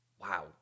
Wow